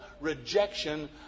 rejection